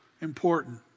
important